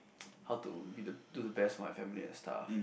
how to be the do the best for my family and stuff